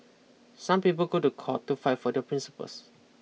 some people go to court to fight for their principles